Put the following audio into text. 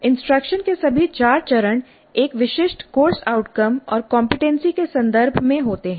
instruction के सभी 4 चरण एक विशिष्ट कोर्स आउटकम और कमपेटेंसी के संदर्भ में होते हैं